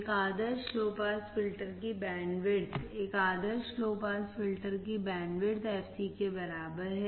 एक आदर्श low pass filter की बैंडविड्थ एक आदर्श लो पास फिल्टर की बैंडविड्थ fc के बराबर है